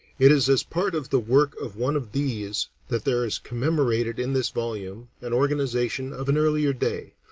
it is as part of the work of one of these that there is commemorated in this volume an organization of an earlier day,